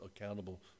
accountable